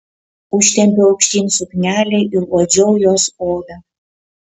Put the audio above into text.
užtempiau aukštyn suknelę ir uodžiau jos odą